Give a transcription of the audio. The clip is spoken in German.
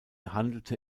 handelte